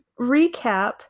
recap